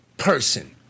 person